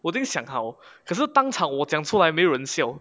我已经想好可是当场我讲出来没有人笑